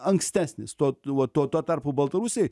ankstesnis tuo uo tuo tarpu baltarusiai